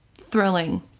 Thrilling